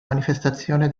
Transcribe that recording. manifestazione